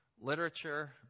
literature